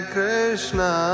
Krishna